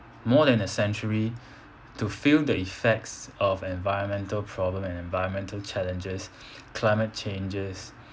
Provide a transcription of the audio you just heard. more than a century to feel the effects of environmental problem and environmental challenges climate changes